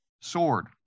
sword